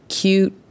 cute